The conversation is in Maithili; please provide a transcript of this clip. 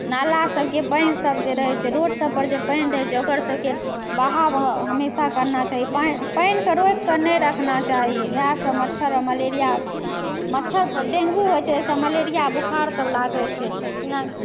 नाला सबके पानि सब जे रहै अछि रोड सबपर जे पानि रहै छै ओकर सबके बहाव हमेशा करना चाहिए पानि पानिके रोकिकऽ नहि रखना चाहिए इएह सब मच्छर आओर मलेरिया मच्छर सँ डेंगू होइ छै ओहिसँ मलेरिया बोखार सब लागै छै